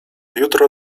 jutro